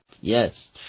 Yes